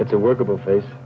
it's a workable face